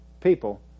People